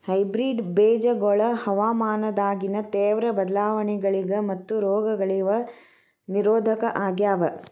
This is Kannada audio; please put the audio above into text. ಹೈಬ್ರಿಡ್ ಬೇಜಗೊಳ ಹವಾಮಾನದಾಗಿನ ತೇವ್ರ ಬದಲಾವಣೆಗಳಿಗ ಮತ್ತು ರೋಗಗಳಿಗ ನಿರೋಧಕ ಆಗ್ಯಾವ